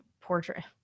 portrait